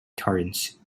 torrance